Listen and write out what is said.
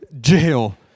jail